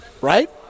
right